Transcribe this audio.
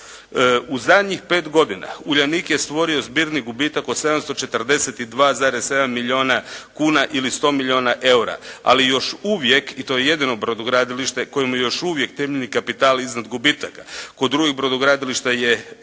U zadnjih 5 godina Uljanik je stvorio zbirni gubitak od 742,7 milijuna kuna ili 100 milijuna EUR-a. Ali još uvijek i to je jedino brodogradilište kojemu je još uvijek temeljni kapital iznad gubitaka. Kod drugih brodogradilišta je